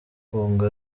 kunga